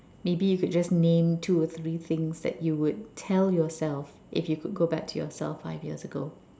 maybe you could just name two or three things that you would tell yourself if you could go back to yourself five years ago